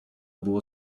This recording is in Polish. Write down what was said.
było